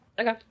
okay